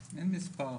בסדר.